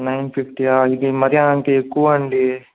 nine fifty ఇది మరీ అంత ఎక్కువాండి